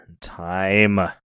time